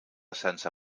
sense